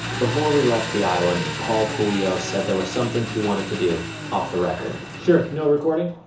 before we left the island paul puleo said there was something he wanted to do off the record. sure. no recording?